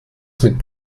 mit